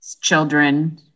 children